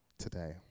today